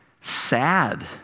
sad